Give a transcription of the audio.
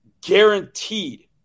guaranteed